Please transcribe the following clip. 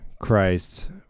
Christ